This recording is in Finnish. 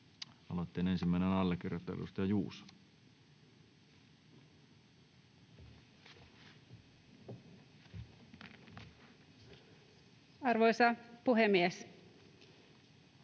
Aloitteen ensimmäinen allekirjoittaja, edustaja Elomaa. Arvoisa puhemies!